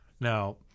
Now